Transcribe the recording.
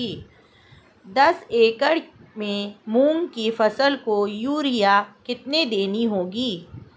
दस एकड़ में मूंग की फसल को यूरिया कितनी देनी होगी?